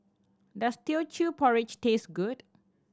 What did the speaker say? does Teochew Porridge taste good